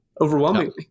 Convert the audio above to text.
overwhelmingly